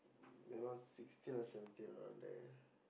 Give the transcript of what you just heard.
you know sixteen or seventeen around there